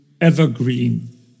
evergreen